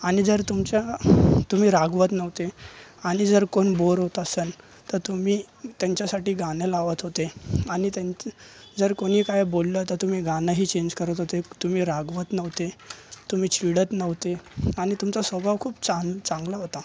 आणि जर तुमच्या तुम्ही रागवत नव्हते आणि जर कोण बोर होत असेल तर तुम्ही त्यांच्यासाठी गाणे लावत होते आणि त्यांचे जर त्यांचे कोणी काही बोललं तर गाणंही चेंज करत होते तुम्ही रागवत नव्हते तुम्ही चिडत नव्हते आणि तुमचा स्वभाव खूप चांग चांगला होता